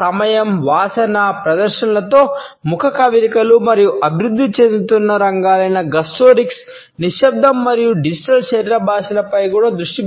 సమయం వాసన ప్రదర్శనలలో ముఖ కవళికలు మరియు అభివృద్ధి చెందుతున్న రంగాలైన గస్టోరిక్స్ నిశ్శబ్దం మరియు డిజిటల్ శరీర భాషలపై కూడా దృష్టి పెట్టాను